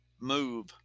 Move